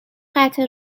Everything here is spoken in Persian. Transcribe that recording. قطع